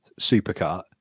supercut